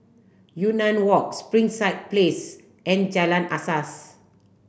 Yunnan Walk Springside Place and Jalan Asas